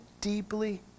deeply